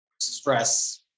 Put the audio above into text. stress